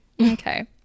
okay